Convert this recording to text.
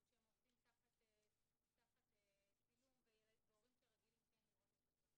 שהם עובדים תחת צילום והורים שרגילים לראות את הדברים.